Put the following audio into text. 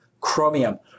chromium